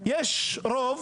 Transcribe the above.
יש רוב